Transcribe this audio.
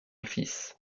fils